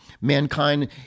mankind